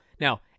Now